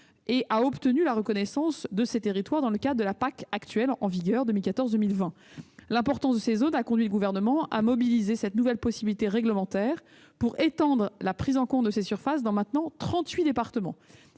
et a obtenu leur reconnaissance dans le cadre de la PAC actuelle 2014-2020. L'importance de ces zones a conduit le Gouvernement à mobiliser cette nouvelle possibilité réglementaire pour étendre la prise en compte de ces surfaces dans trente-huit départements.